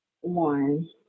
One